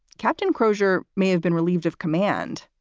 captain crozier may have been relieved of command,